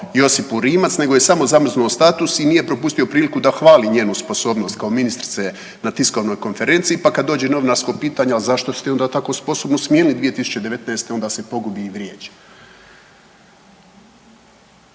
Josipu Rimac, nego je samo zamrznuo status i nije propustio priliku da hvali njenu sposobnost kao ministrice na tiskovnoj konferenciji. Pa kad dođe novinarsko pitanje ali zašto ste je onda tako sposobnu smijenili 2019. onda se pogubi i vrijeđa.